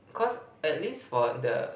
cause at least for the